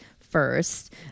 first